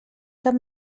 cap